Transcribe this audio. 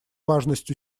важность